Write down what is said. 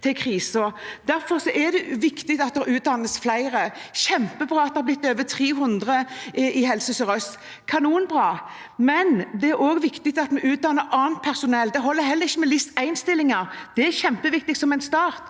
Det er kjempebra at det har blitt over 300 i Helse sør-øst. Det er kanonbra, men det er også viktig at vi utdanner annet personell. Det holder heller ikke med LIS1-stillinger. Det er kjempeviktig som en start,